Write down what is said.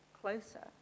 closer